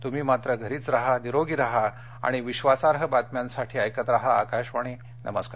तुम्ही मात्र घरीच राहा निरोगी राहा आणि विश्वासार्ह बातम्यांसाठी ऐकत राहा आकाशवाणी नमस्कार